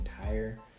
entire